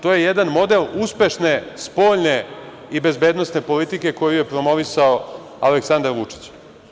To je jedan model uspešne spoljne i bezbednosne politike koju je promovisao Aleksandar Vučić.